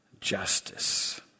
justice